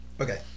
Okay